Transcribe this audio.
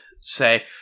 say